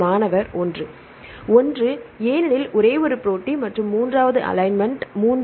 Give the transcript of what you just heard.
மாணவர் 1 1 ஏனெனில் ஒரே ஒரு போட்டி மற்றும் மூன்றாவது அலைன்மென்ட் 3